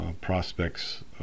prospects